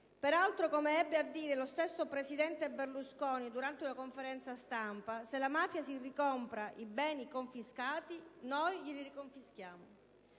Peraltro, come ebbe a dire lo stesso presidente Berlusconi durante una conferenza stampa: «Se la mafia si ricompra i beni confiscati, noi glieli riconfischiamo».